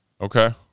Okay